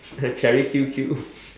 cherry Q_Q